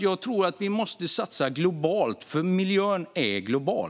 Jag tror att vi måste satsa globalt, för miljön är global.